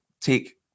take